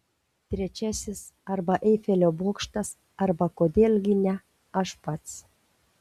trečiasis arba eifelio bokštas arba kodėl gi ne aš pats